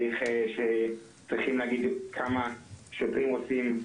צריכים להגיד לנו כמה שוטרים רוצים,